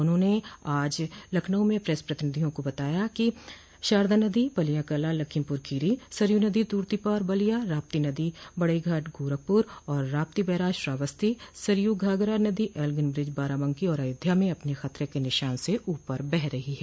उन्होंने आज लखनऊ में प्रेस प्रतिनिधियों को सम्बोधित करते हुए बताया कि शारदा नदी पलिया कला लखीमपुरखीरी सरयू नदी तूर्तीपार बलिया राप्ती नदी बर्डघाट गोरखपूर व राप्ती बैराज श्रावस्ती सरयू घाघरा नदी एल्गिनब्रिज बाराबंकी और अयोध्या में अपने खतरे के निशान से ऊपर बह रही है